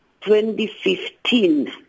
2015